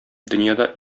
дөньяда